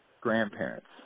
grandparents